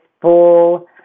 full